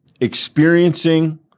experiencing